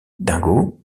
dingo